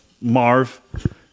Marv